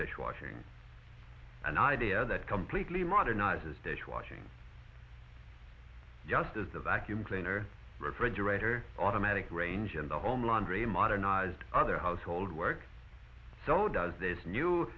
dishwashing an idea that completely modernizes dishwashing just as the vacuum cleaner refrigerator automatic range in the home landry modernised other household work so does this new